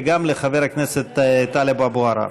וגם לחבר הכנסת טלב אבו עראר.